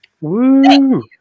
Woo